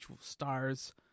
stars